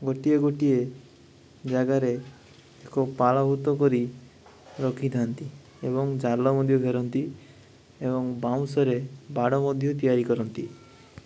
ଗୋଟିଏ ଗୋଟିଏ ଜାଗାରେ କେଉଁ ପାଳଭୂତ କରି ରଖିଥାନ୍ତି ଏବଂ ଜାଲ ମଧ୍ୟ ଘେରନ୍ତି ଏବଂ ବାଉଁଶରେ ବାଡ଼ ମଧ୍ୟ ତିଆରି କରନ୍ତି